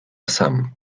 sam